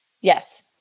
Yes